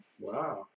Wow